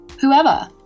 whoever